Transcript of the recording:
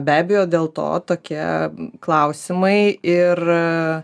be abejo dėl to tokie klausimai ir